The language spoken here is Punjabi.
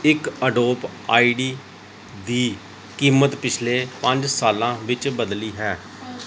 ਇੱਕ ਅਡੋਬ ਆਈ ਡੀ ਦੀ ਕੀਮਤ ਪਿਛਲੇ ਪੰਜ ਸਾਲਾਂ ਵਿੱਚ ਬਦਲੀ ਹੈ